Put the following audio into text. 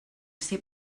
ser